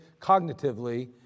cognitively